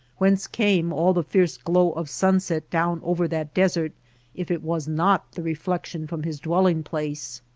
whence came all the fierce glow of sunset down over that desert if it was not the refiection from his dwelling place?